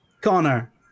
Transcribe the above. Connor